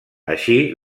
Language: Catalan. així